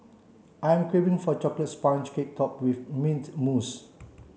I am craving for a chocolate sponge cake top with mint mousse